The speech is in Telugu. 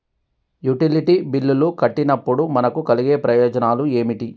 యుటిలిటీ బిల్లులు కట్టినప్పుడు మనకు కలిగే ప్రయోజనాలు ఏమిటి?